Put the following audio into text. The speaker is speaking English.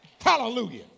hallelujah